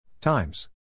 Times